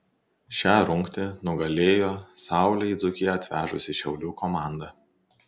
šią rungtį nugalėjo saulę į dzūkiją atvežusi šiaulių komanda